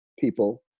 people